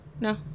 No